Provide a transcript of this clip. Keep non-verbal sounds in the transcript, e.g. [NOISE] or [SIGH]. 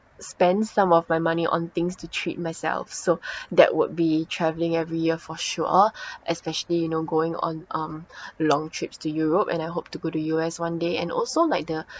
spend some of my money on things to treat myself so [BREATH] that would be travelling every year for sure especially you know going on um [BREATH] long trips to europe and I hope to go to U_S one day and also like the